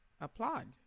Applaud